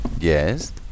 Yes